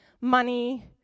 money